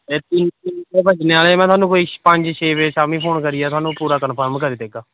ते में कोई शामीं पंज छे बजे फोन करियै थाह्नूं पूरा कंफर्म करी देगा